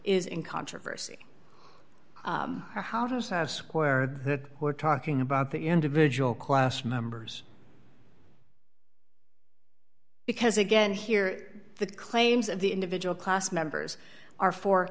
in controversy for how those have squared that we're talking about the individual class members because again here the claims of the individual class members are for